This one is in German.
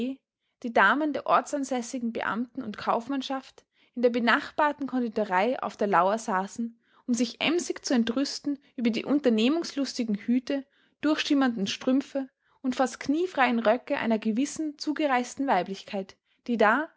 die damen der ortsansässigen beamten und kaufmannschaft in der benachbarten konditorei auf der lauer saßen um sich emsig zu entrüsten über die unternehmungslustigen hüte durchschimmernden strümpfe und fast kniefreien röcke einer gewissen zugereisten weiblichkeit die da